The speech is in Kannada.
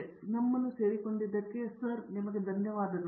ಆದ್ದರಿಂದ ನಮ್ಮನ್ನು ಸೇರಿಕೊಳ್ಳಲು ಸರ್ ನಿಮಗೆ ಧನ್ಯವಾದಗಳು